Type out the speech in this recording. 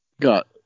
got